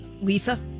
Lisa